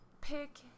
pick